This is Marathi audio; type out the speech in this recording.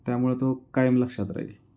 त्यामुळे तो कायम लक्षात राहील